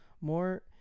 more